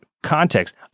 context